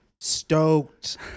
Stoked